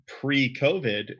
pre-COVID